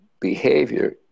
behavior